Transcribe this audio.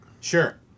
Sure